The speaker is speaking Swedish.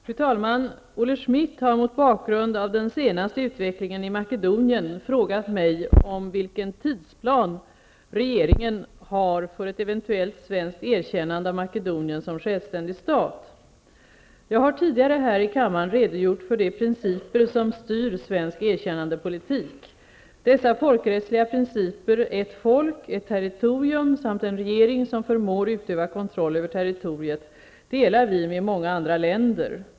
Fru talman! Olle Schmidt har mot bakgrund av den senaste utvecklingen i Makedonien frågat mig om vilken tidsplan regeringen har för ett eventuellt svenskt erkännande av Makedonien som självständig stat. Jag har tidigare här i kammaren redogjort för de principer som styr svensk erkännandepolitik. Dessa folkrättsliga principer — ett folk, ett territorium samt en regering som förmår utöva kontroll över territoriet — delar vi med många andra länder.